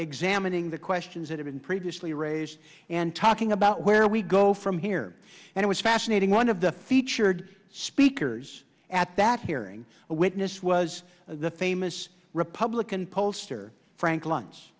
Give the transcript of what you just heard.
examining the questions that have been previously raised and talking about where we go from here and it was fascinating one of the featured speakers at that hearing a witness was the famous republican pollster frank lun